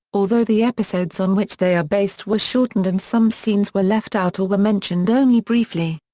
although the episodes on which they are based were shortened and some scenes were left out or were mentioned only briefly.